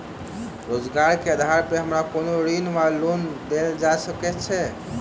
रोजगारक आधार पर हमरा कोनो ऋण वा लोन देल जा सकैत अछि?